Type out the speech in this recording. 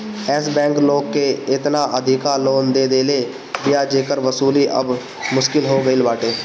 एश Bank लोग के एतना अधिका लोन दे देले बिया जेकर वसूली अब मुश्किल हो गईल बाटे